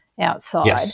outside